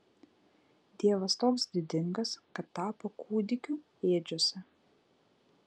dievas toks didingas kad tapo kūdikiu ėdžiose